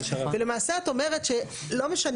ולמעשה את אומרת שלא משנה,